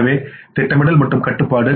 எனவே திட்டமிடல் மற்றும் கட்டுப்பாடு